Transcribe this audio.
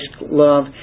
love